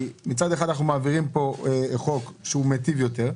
מצד אחד אנחנו מעבירים כאן חוק שהוא מיטיב יותר,